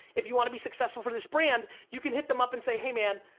if you want to be successful for this brand, you can hit them up and say, hey, man,